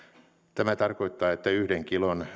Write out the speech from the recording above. tämä tarkoittaa että yhden kilon